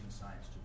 science